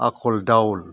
आखल दावल